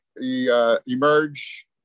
emerge